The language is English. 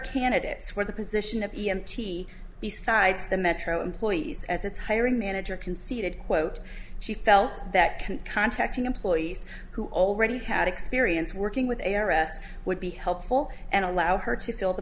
candidates for the position of e m t besides the metro employees as its hiring manager conceded quote she felt that can contacting employees who already had experience working with us would be helpful and allow her to fill the